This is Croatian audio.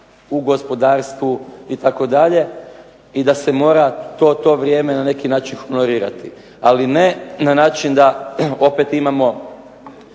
u gospodarstvu itd. i da se mora to vrijeme na neki način honorirati. Ali ne na način da opet imamo